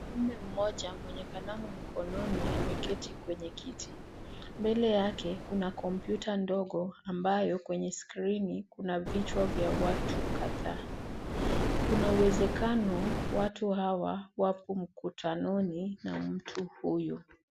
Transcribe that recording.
Mwanaume mmoja mwenye kalamu mkononi ameketi kwenye kiti. Mbele yake kuna kompyuta ndogo ambayo kwenye skirini kuna vichwa vya watu kadhaa. Kuna uwezekano watu hawa wako mkutanoni na mtu huyu.